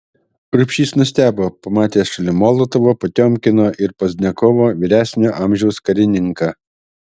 urbšys nustebo pamatęs šalia molotovo potiomkino ir pozdniakovo vyresnio amžiaus karininką